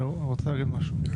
אני רוצה להגיד משהו.